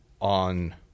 on